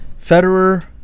Federer